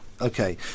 Okay